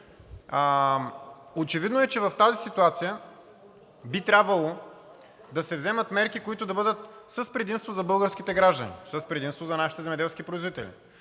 Очевидно е, че в тази ситуация би трябвало да се вземат мерки, които да бъдат с предимство за българските граждани, с предимство за нашите земеделски производители,